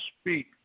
speak